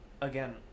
again